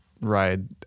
ride